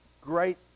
great